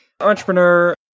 entrepreneur